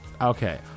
Okay